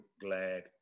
glad